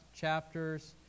chapters